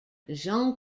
jean